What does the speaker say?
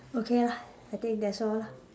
okay lah I think that's all lah